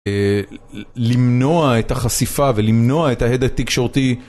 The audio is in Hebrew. למנוע את החשיפה ולמנוע את ההד התקשורתי.